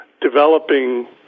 developing